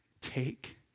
take